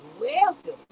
welcome